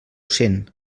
sent